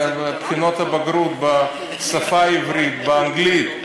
בחינות הבגרות בשפה העברית, באנגלית.